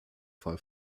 fall